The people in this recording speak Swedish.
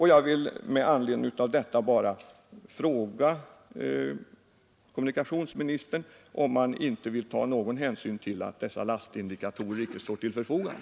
Jag vill med anledning av detta fråga kommunikationsministern om han inte vill ta någon hänsyn till att dessa lastindikatorer icke står till förfogande.